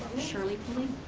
shirley pulley.